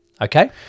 Okay